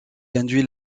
induit